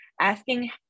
Asking